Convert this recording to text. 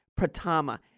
Pratama